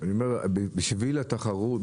בשביל התחרות,